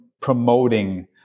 promoting